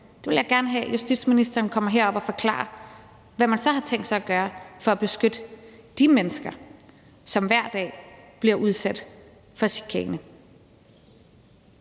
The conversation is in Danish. Jeg vil gerne have justitsministeren kommer herop og forklarer, hvad man så har tænkt sig gøre for at beskytte de mennesker, som hver dag bliver udsat for chikane.